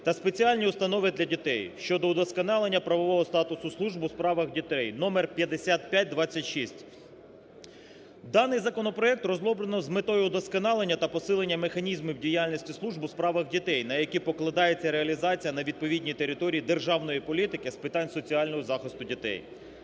та спеціальні установи для дітей" (щодо вдосконалення правового статусу служб у справах дітей" (номер 5526). Даний законопроект розроблений з метою удосконалення та посилення механізмів діяльності служб у справах дітей на які покладається реалізація на відповідній території державної політики з питань соціального захисту дітей.